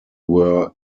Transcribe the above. where